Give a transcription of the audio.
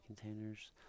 containers